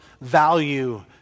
value